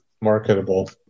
marketable